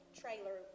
trailer